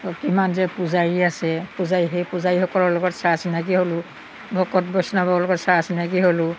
কিমান যে পূজাৰী আছে পূজাৰী সেই পূজাৰীসকলৰ লগত চা চিনাকী হ'লো ভকত বৈষ্ণৱৰ লগত চা চিনাকী হ'লোঁ